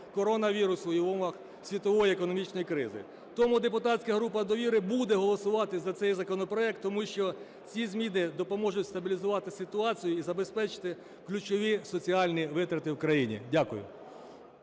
коронавірусу і в умовах світової економічної кризи. Тому депутатська група довіри буде голосувати за цей законопроект, тому що ці зміни допоможуть стабілізувати ситуацію і забезпечити ключові соціальні витрати в країні. Дякую.